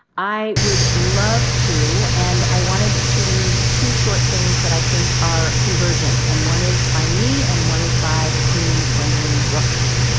i would love to and i wanted to read two short things that i think are convergent, and one is by me, and one is by the queen, gwendolyn brooks.